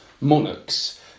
monarchs